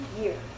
year